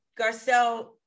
Garcelle